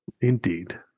Indeed